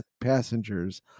passengers